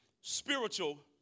spiritual